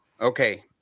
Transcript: okay